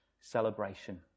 celebration